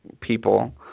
people